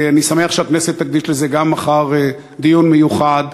אני שמח שהכנסת תקדיש לזה גם מחר דיון מיוחד,